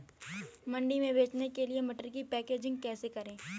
मंडी में बेचने के लिए मटर की पैकेजिंग कैसे करें?